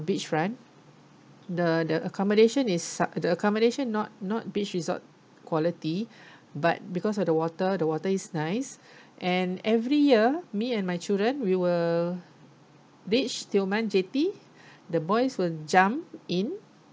beach front the the accommodation is su~ the accommodation not not beach resort quality but because of the water the water is nice and every year me and my children we will reach tioman jetty the boys will jump in